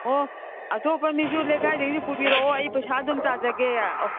ꯑꯣ ꯑꯇꯣꯞꯄ ꯃꯤꯁꯨ ꯂꯩꯀꯥꯏꯗꯩꯁꯨ ꯄꯨꯕꯤꯔꯛꯑꯣ ꯑꯩ ꯄꯩꯁꯥ ꯑꯗꯨꯝ ꯇꯥꯖꯒꯦ ꯑꯣ